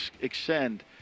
extend